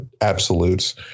absolutes